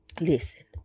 Listen